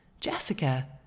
Jessica